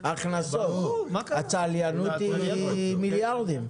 הצליינות היא מיליארדים.